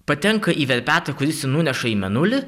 patenka į verpetą kuris jį nuneša į mėnulį